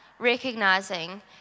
recognizing